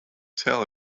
tell